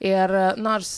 ir nors